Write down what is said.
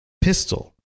pistol